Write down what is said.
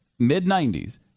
mid-'90s